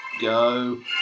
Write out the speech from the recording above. go